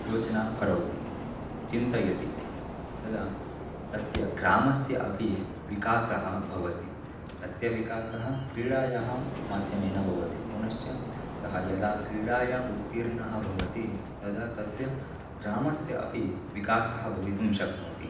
योजनां करोति चिन्तयति तदा तस्य ग्रामस्य अपि विकासः भवति तस्य विकासः क्रीडायाः माध्यमेन भवति पुनश्च सः यदा क्रीडायाम् उत्तीर्णः भवति तदा तस्य ग्रामस्य अपि विकासः भवितुं शक्नोति